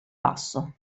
basso